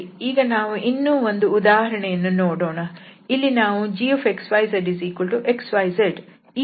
ಸರಿ ನಾವು ಇನ್ನು ಒಂದು ಉದಾಹರಣೆಯನ್ನು ನೋಡೋಣ ಇಲ್ಲಿ ನಾವು gxyzxyz ಈ ಫಂಕ್ಷನ್ ಅನ್ನು ಇಂಟಿಗ್ರೇಟ್ ಮಾಡುತ್ತೇವೆ